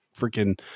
freaking